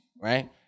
Right